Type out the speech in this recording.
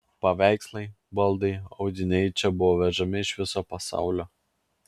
paveikslai baldai audiniai į čia buvo vežami iš viso pasaulio